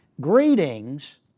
greetings